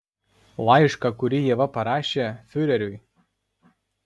laišką kurį ieva parašė fiureriui